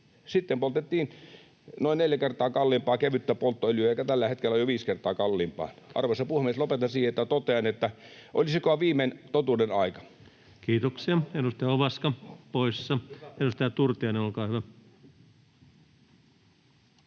Sitten poltettiin myös noin neljä kertaa kalliimpaa kevyttä polttoöljyä, joka tällä hetkellä on jo viisi kertaa kalliimpaa. Arvoisa puhemies! Lopetan siihen, että totean: olisikohan viimein totuuden aika? [Petri Huru: Hyvä puhe!] Kiitoksia. — Edustaja Ovaska poissa. — Edustaja Turtiainen, olkaa hyvä.